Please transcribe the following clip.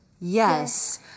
Yes